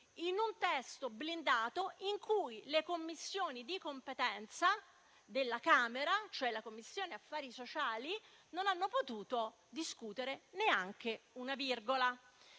in un testo blindato, in cui la Commissione di competenza della Camera, cioè la Commissione affari sociali, non ha potuto discutere neanche una virgola.